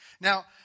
Now